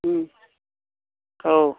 औ